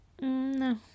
No